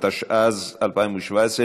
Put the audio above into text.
התשע"ז 2017,